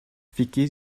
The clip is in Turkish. fikir